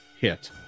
hit